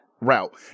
route